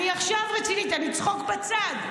אני עכשיו רצינית, אני, צחוק בצד.